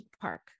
park